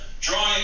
drawing